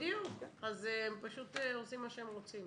דיוק, אז הם פשוט עושים מה שהם רוצים